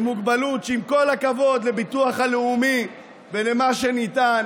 ומוגבלות, שעם כל הכבוד לביטוח הלאומי ולמה שניתן,